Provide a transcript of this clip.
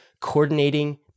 coordinating